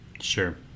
sure